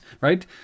right